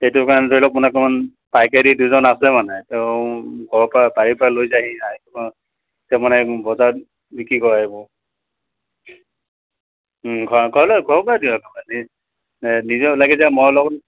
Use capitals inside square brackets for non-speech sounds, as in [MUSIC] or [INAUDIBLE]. সেইটো কাৰণে ধৰি লওক [UNINTELLIGIBLE] পাইকাৰী দি দুজন আছে মানে তেওঁ ঘৰৰ পৰা বাৰীৰ পৰা লৈ যায়হি আহি তেওঁ মানে বজাৰত বিক্ৰী কৰে এইবোৰ ঘৰলৈ ঘৰৰ পৰাই [UNINTELLIGIBLE] নিজেও লাগি যায় মই লগত